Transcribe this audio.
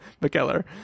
McKellar